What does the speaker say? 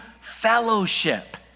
fellowship